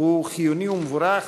הוא חיוני ומבורך,